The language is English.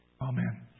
Amen